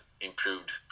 improved